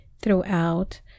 throughout